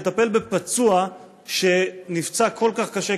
לטפל בפצוע שנפצע כל כך קשה,